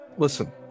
Listen